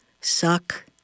suck